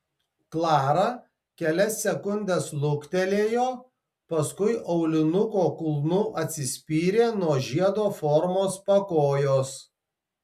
klara kelias sekundes luktelėjo paskui aulinuko kulnu atsispyrė nuo žiedo formos pakojos